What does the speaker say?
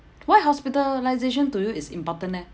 why hospitalisation to you is important eh